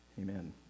Amen